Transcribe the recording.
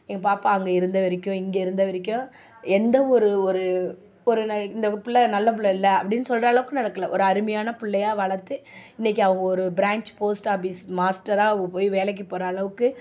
எங்கள் பாப்பா அங்கே இருந்த வரைக்கும் இங்கே இருந்த வரைக்கும் எந்த ஒரு ஒரு ஒரு இந்த பிள்ள நல்ல பிள்ள இல்லை அப்டின்னு சொல்கிற அளவுக்கு நடக்கல ஒரு அருமையான பிள்ளையா வளர்த்து இன்னைக்கு அவங்க ஒரு பிரான்ச்சு போஸ்ட் ஆஃபீஸ் மாஸ்டராக போய் வேலைக்கு போகிற அளவுக்கு